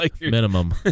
Minimum